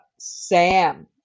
Sam